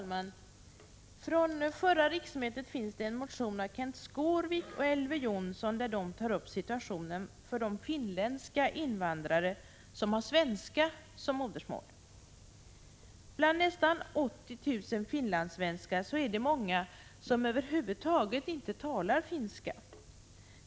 Herr talman! Från förra riksmötet finns en motion av Kenth Skårvik och Elver Jonsson, som tar upp situationen för de finländska invandrare som har svenska som modersmål. Bland nästan 80 000 finlandssvenskar är det många som över huvud taget inte talar finska.